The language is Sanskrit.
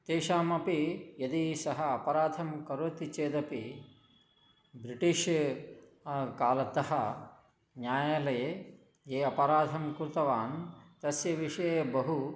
तेषाम् अपि यदि सः अपराधं करोति चेदपि ब्रिटीष् कालतः न्यायालये ये अपराधं कृतवान् तस्य विषये बहु